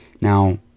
Now